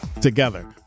together